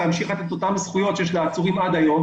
להמשיך ולתת את אותן זכויות שיש לעצורים עד היום